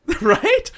Right